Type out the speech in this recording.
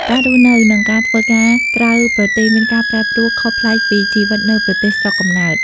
ការរស់នៅ និងការធ្វើការក្រៅប្រទេសមានការប្រែប្រួលខុសប្លែកពីជីវិតនៅប្រទេសស្រុកកំណើត។